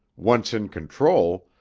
once in control,